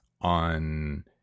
on